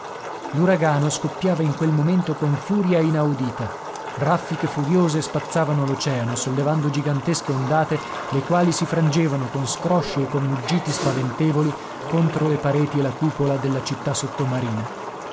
l'uragano scoppiava in quel momento con furia inaudita raffiche furiose spazzavano l'oceano sollevando gigantesche ondate le quali si frangevano con scrosci e con muggiti spaventevoli contro le pareti e la cupola della città sottomarina